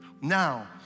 Now